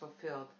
fulfilled